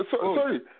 Sorry